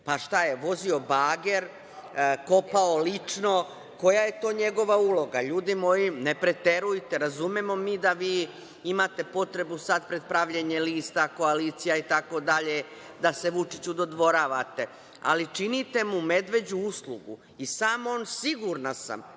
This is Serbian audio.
Šta je on vozio bager, kopao lično? Koja je to njegova uloga? Ljudi moji, ne preterujte. Razumemo mi da vi imate potrebu sad pred pravljenje lista, koalicija itd. da se Vučiću dodvoravate, ali činite mu medveđu uslugu i sam on, sigurna sam,